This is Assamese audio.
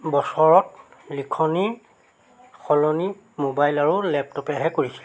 বছৰত লিখনিৰ সলনি মোবাইল আৰু লেপটপেহে কৰিছিল